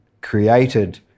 created